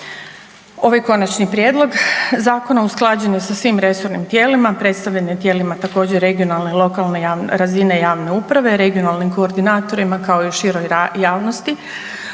Ovaj konačni prijedlog zakona usklađen je svim resornim tijelima, predstavljen je tijelima također regionalne i lokalne razine javne uprave, regionalnim koordinatorima kao i široj javnosti